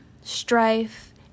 strife